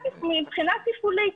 מבחינה תפעולית.